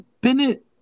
Bennett